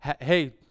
hey